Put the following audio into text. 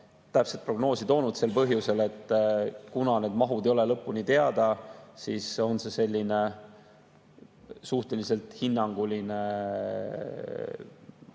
täpset prognoosi toonud sel põhjusel, et need mahud ei ole lõpuni teada ja see oleks selline suhteliselt hinnanguline summa.